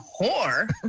whore